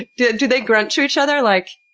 do do they grunt to each other like,